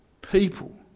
people